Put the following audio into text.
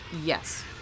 yes